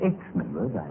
Ex-members